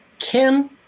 Ken